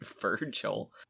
Virgil